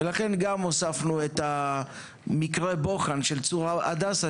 ולכן גם הוספנו את מקרה הבוחן של צור הדסה,